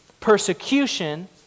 persecution